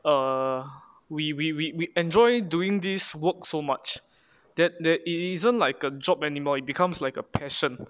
uh we we we we enjoy doing this work so much that that it isn't like a job anymore it becomes like a passion